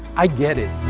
i get it.